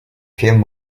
film